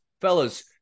fellas